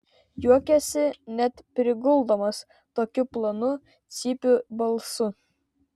juokėsi net priguldamas tokiu plonu cypiu balsu